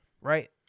Right